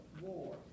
war